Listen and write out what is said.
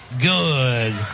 good